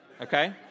okay